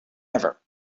ever